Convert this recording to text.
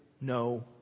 no